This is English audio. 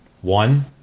One